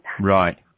Right